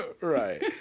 right